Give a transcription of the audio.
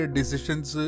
Decisions